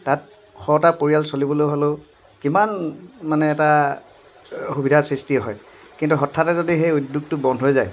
তাত শটা পৰিয়াল চলিবলৈ হ'লেও কিমান মানে এটা সুবিধাৰ সৃষ্টি হয় কিন্তু হঠাতে যদি সেই উদ্যগটো বন্ধ হৈ যায়